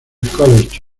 college